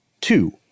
Two